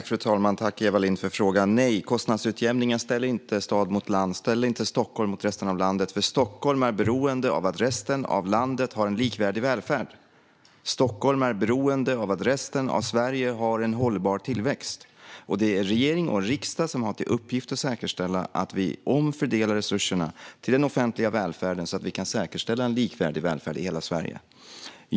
Fru talman! Tack, Eva Lindh, för frågan! Nej, kostnadsutjämningen ställer inte stad mot land. Den ställer inte Stockholm mot resten av landet. Stockholm är beroende av att resten av landet har en likvärdig välfärd. Stockholm är beroende av att resten av Sverige har en hållbar tillväxt. Det är regering och riksdag som har till uppgift att säkerställa att vi omfördelar resurserna till den offentliga välfärden så att vi kan säkerställa en likvärdig välfärd i hela Sverige.